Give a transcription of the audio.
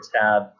tab